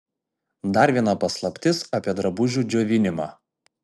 dar viena paslaptis apie drabužių džiovinimą